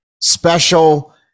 special